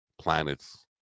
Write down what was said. planets